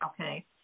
okay